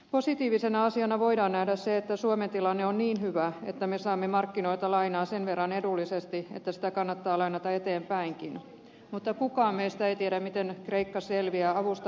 positiivisena asiana voidaan nähdä se että suomen tilanne on niin hyvä että me saamme markkinoilta lainaa sen verran edullisesti että sitä kannattaa lainata eteenpäinkin mutta kukaan meistä ei tiedä miten kreikka selviää avusta huolimatta